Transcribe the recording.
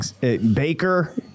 Baker